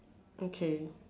okay